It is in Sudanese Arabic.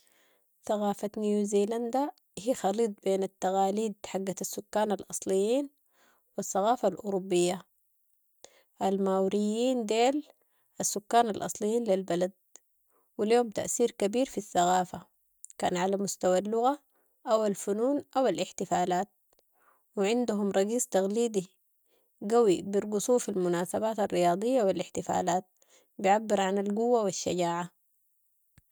ثقافة نيوزيلندا هي خليط بين التقاليد حقت السكان الاصليين و الثقافة ال اوروبية، الماوريين ديل السكان ال اصليين للبلد و ليهم ت اثير كبير في الثقافة كان علي مستوي اللغة او الفنون او الاحتفالات و عندهم رقيص تقليدي قوي برقصوهو في المناسبات الرياضية و الاحتفالات بعبر عن القوة والشجاعة.